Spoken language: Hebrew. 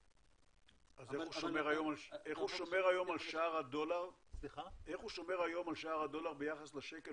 אז איך הוא שומר היום על שער הדולר ביחס לשקל,